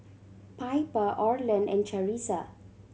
Piper Orland and Charissa